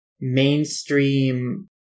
mainstream